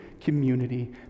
community